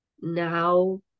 now